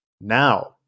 Now